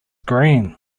green